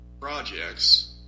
projects